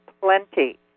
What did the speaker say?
plenty